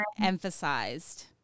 emphasized